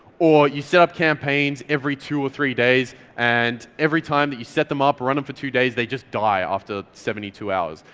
or you set up campaigns every two or three days and every time that you set them up or run them for two days, they just die after seventy two hours.